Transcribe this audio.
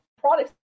products